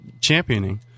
championing